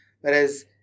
Whereas